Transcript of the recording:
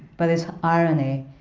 but its irony,